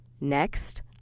Next